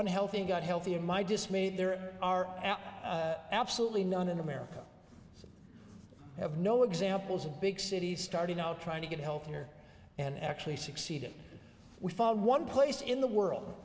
unhealthy got healthy in my dismay there are absolutely none in america have no examples of big cities starting out trying to get healthier and actually succeeded we found one place in the world